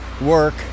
work